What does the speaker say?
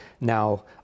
now